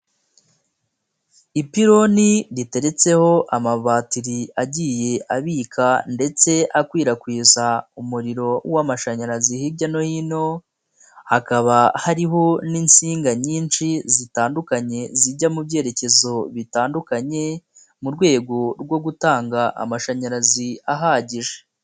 Ipironi riteretseho amabatiri agiye abika ndetse akwirakwiza umuriro w'amashanyarazi hirya no hino, hakaba hariho n'insinga nyinshi zitandukanye zijya mu byerekezo bitandukanye, mu rwego rwo gutanga amashanyarazi ahagije.